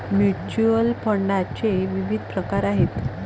mutual फंडाचे विविध प्रकार आहेत